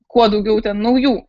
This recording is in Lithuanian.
kuo daugiau ten naujų